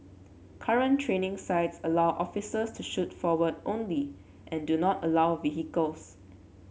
current training sites allow officers to shoot forward only and do not allow vehicles